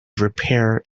repaired